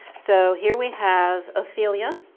so here we have ophelia,